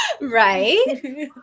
Right